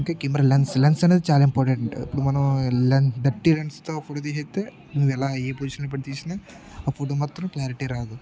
ఇంకా camera lens అన్నది చాలా ఇంపార్టెంట్ ఇప్పుడు మనం డర్టీ లెన్స్తో ఫోటో తీస్తే నువ్వు ఎలా ఏ పొజిషన్ పెట్టి తీసిన ఆ ఫోటో మాత్రం క్లారిటీ రాదు